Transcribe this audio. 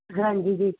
ਹਾਂਜੀ ਜੀ